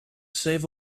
save